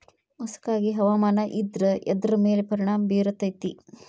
ಮಸಕಾಗಿ ಹವಾಮಾನ ಇದ್ರ ಎದ್ರ ಮೇಲೆ ಪರಿಣಾಮ ಬಿರತೇತಿ?